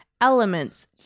elements